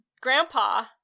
grandpa